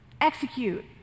execute